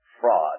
fraud